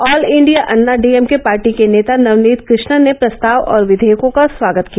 all India Anna DMK party के नेता नवनीत कृष्णन ने प्रस्ताव और विधेयकों का स्वागत किया